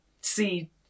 see